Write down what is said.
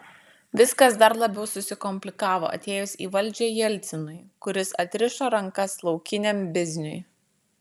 viskas dar labiau susikomplikavo atėjus į valdžią jelcinui kuris atrišo rankas laukiniam bizniui